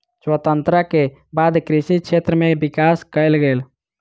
स्वतंत्रता के बाद कृषि क्षेत्र में विकास कएल गेल